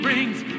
Brings